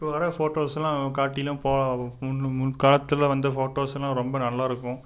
இப்போது வர ஃபோட்டோஸெலாம் காட்டிலும் இப்போது முன் முன்காலத்தில் வந்த ஃபோட்டோஸெலாம் ரொம்ப நல்லாயிருக்கும்